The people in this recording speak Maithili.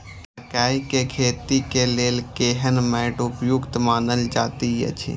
मकैय के खेती के लेल केहन मैट उपयुक्त मानल जाति अछि?